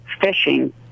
fishing